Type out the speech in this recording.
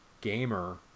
gamer